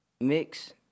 mix